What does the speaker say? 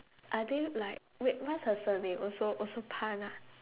are they like wait what's her surname also also pan ah